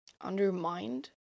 undermined